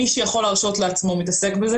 מי שיכול להרשות לעצמו מתעסק עם זה,